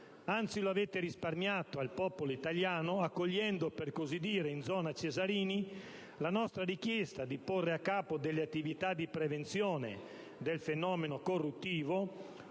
Anzi, lo avete risparmiato al popolo italiano, accogliendo - per così dire, «in zona Cesarini» - la nostra richiesta di porre a capo delle attività di prevenzione del fenomeno corruttivo